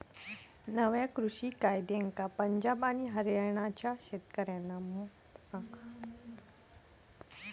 नव्या कृषि कायद्यांका पंजाब आणि हरयाणाच्या शेतकऱ्याकडना मोठो विरोध झालो